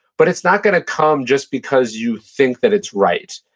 but it's not going to come just because you think that it's right.